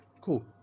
cool